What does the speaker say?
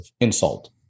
insult